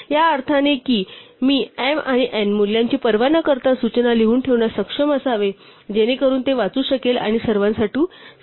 या अर्थाने की मी m आणि n मूल्याची पर्वा न करता सूचना लिहून ठेवण्यास सक्षम असावे जेणेकरून ते वाचू शकेल आणि सर्वांसाठी समजू शकेल